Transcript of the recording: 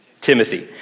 Timothy